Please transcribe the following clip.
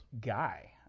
guy